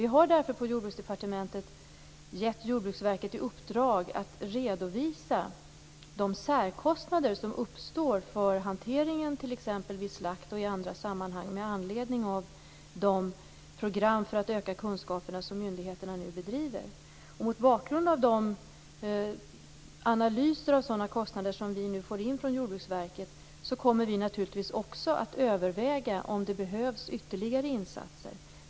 Vi har på Jordbruksdepartementet gett Jordbruksverket i uppdrag att redovisa de särkostnader som uppstår för hanteringen vid slakt eller i andra sammanhang med anledning av de program för att öka kunskaperna som myndigheterna bedriver. Mot bakgrund av analyser av kostnader som vi får in från Jordbruksverket kommer vi att överväga om det behövs ytterligare insatser.